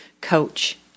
coach